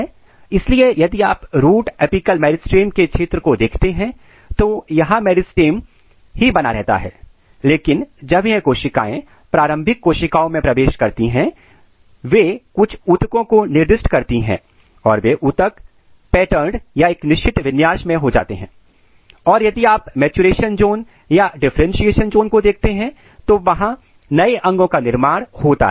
इसलिए यदि आप रूट एपिकल मेरिस्टेम के क्षेत्र को देखते हैं तो यहां मेरिस्टेम ही बना रहता है लेकिन जब यह कोशिकाएं प्रारंभिक कोशिकाओं में प्रवेश करती हैंवे कुछ ऊतकों को निर्दिष्ट करती हैं और वे ऊतक पेटर्न्ड एक निश्चित विन्यास में हो जाते हैं और यदि आप मैचुरेशन जॉन या डिफरेंटशिएशन जोन को देखते हैं तो वहां नए अंगों का निर्माण होता है